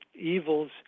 evils